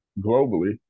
globally